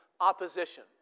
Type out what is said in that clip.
opposition